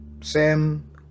sam